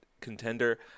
contender